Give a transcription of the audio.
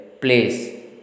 place